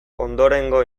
ondorengo